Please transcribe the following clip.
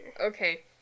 Okay